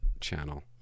channel